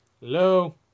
Hello